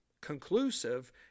conclusive